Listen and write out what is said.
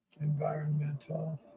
environmental